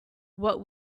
what